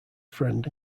friend